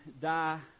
die